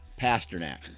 Pasternak